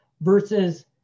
versus